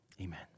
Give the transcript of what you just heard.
amen